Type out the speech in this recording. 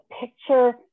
picture